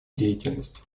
деятельность